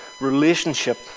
relationship